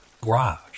Garage